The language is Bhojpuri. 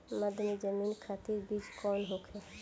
मध्य जमीन खातिर बीज कौन होखे?